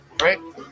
Right